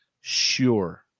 sure